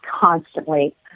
constantly